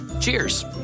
Cheers